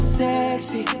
sexy